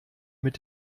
mit